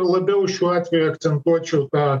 labiau šiuo atveju akcentuočiau tą